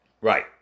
Right